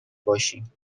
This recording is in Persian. باشیم